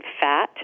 fat